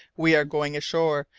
we are going ashore,